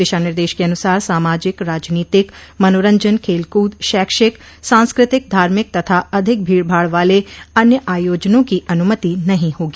दिशा निर्देश के अनुसार सामाजिक राजनीतिक मनोरंजन खेल कूद शैक्षिक सांस्कृतिक धार्मिक तथा अधिक भीड़भाड़ वाले अन्य आयोजनों की अनुमति नहीं होगी